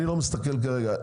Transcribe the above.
אני לא מסתכל כרגע,